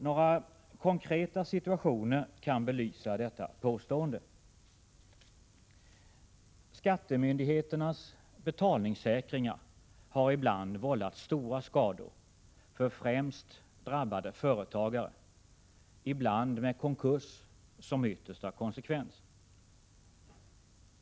Några konkreta situationer kan belysa detta påstående. Skattemyndigheternas betalningssäkringar har ibland vållat stora skador för främst drabbade företagare, ibland med konkurs som yttersta konsekvens.